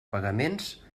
pagaments